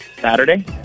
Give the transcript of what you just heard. Saturday